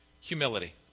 humility